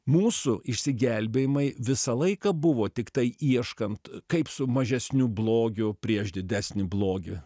mūsų išsigelbėjimai visą laiką buvo tiktai ieškant kaip su mažesniu blogiu prieš didesnį blogį